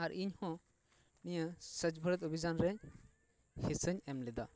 ᱟᱨ ᱤᱧᱦᱚᱸ ᱱᱤᱭᱟᱹ ᱥᱚᱪᱪᱷᱚ ᱵᱷᱟᱨᱚᱛ ᱚᱵᱷᱤᱡᱟᱱ ᱨᱮ ᱦᱤᱥᱟᱹᱧ ᱮᱢ ᱞᱮᱫᱟ